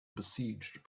besieged